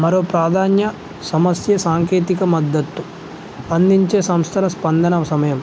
మరో ప్రాధాన్య సమస్య సాంకేతిక మద్దతు అందించే సంస్థల స్పందన సమయం